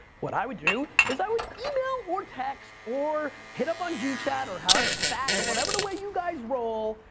what i would do is i would email or text or hit up on g chat, or however it's, stack, or whatever the way you guys roll,